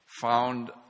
found